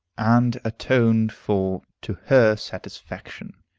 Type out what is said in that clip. and atoned for to her satisfaction.